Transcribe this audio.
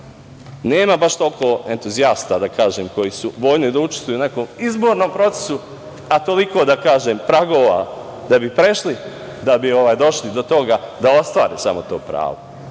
baš toliko entuzijasta, da kažem, koji su voljni da učestvuju u nekom izbornom procesu, a toliko pragova da bi prešli da bi došli do toga da ostvare samo to pravo.